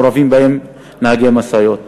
מעורבים בהן נהגי משאיות,